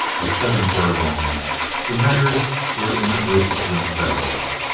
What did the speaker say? at seven furlongs the mares were in a group of themselves,